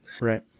right